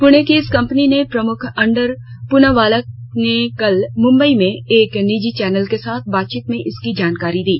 पुणे की इस कंपनी के प्रमुख अडर पूनावाला ने कल मुंबई में एक निजी चौनल के साथ बातचीत में इसकी जानकारी दी